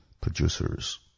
producers